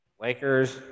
Lakers